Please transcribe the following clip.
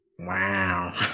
Wow